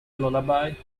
lullaby